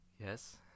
Yes